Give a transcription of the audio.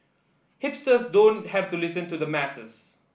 hipsters don't have to listen to the masses